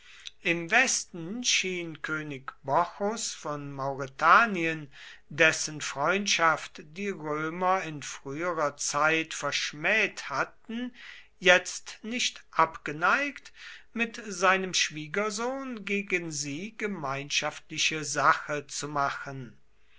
im westen schien könig bocchus von mauretanien dessen freundschaft die römer in früherer zeit verschmäht hatten jetzt nicht abgeneigt mit seinem schwiegersohn gegen sie gemeinschaftliche sache zu machen